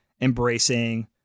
embracing